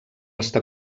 està